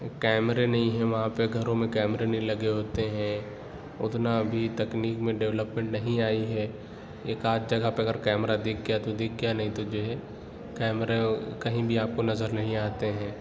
کیمرے نہیں ہیں وہاں پہ گھروں میں کیمرے نہیں لگے ہوتے ہیں اتنا ابھی تکنیک میں ڈیوپلمنٹ نہیں آئی ہے ایک آدھ جگہ پر اگر کیمرہ دِکھ گیا تو دِکھ گیا نہیں تو جو ہے کمیرے کہیں بھی آپ کو نظر نہیں آتے ہیں